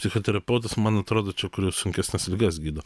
psichoterapeutas man atrodo čia kur jau sunkesnes ligas gydo